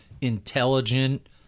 intelligent